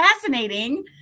fascinating